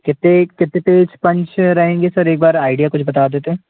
कितने कितने page punch रहेंगे सर एक बार आइडिया कुछ बता देते